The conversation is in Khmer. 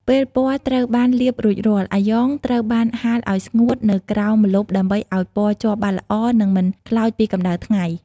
ពេលពណ៌ត្រូវបានលាបរួចរាល់ អាយ៉ងត្រូវបានហាលឱ្យស្ងួតនៅក្រោមម្លប់ដើម្បីឱ្យពណ៌ជាប់បានល្អនិងមិនខ្លោចពីកម្តៅថ្ងៃ។